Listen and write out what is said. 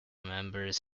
members